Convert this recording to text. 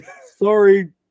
Sorry